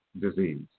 disease